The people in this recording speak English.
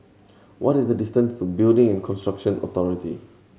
what is the distance to Building and Construction Authority